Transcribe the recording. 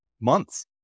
months